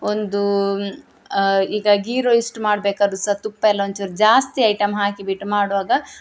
ಒಂದು ಈಗ ಗೀ ರೈಸ್ಟ್ ಮಾಡಬೇಕಾದ್ರೂ ಸಹಾ ತುಪ್ಪ ಎಲ್ಲ ಒಂಚೂರು ಜಾಸ್ತಿ ಐಟಮ್ ಹಾಕಿಬಿಟ್ಟು ಮಾಡುವಾಗ